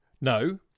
No